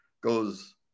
goes